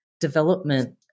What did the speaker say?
development